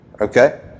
Okay